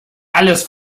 alles